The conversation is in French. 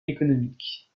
économique